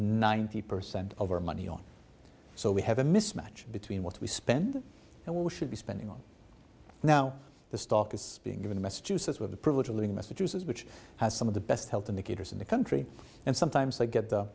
ninety percent of our money on so we have a mismatch between what we spend and what we should be spending on now the stock is being given massachusetts with the privilege of living in massachusetts which has some of the best health indicators in the country and sometimes i get the